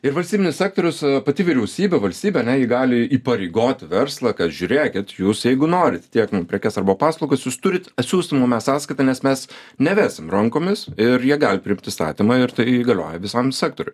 ir valstybinis sektorius pati vyriausybė valstybė ane ji gali įpareigoti verslą kad žiūrėkit jūs jeigu norit tiekt mum prekes arba paslaugas jūs turit atsiųst mum e sąskaitą nes mes nevesim rankomis ir jie gali priimt įstatymą ir tai galioja visam sektoriui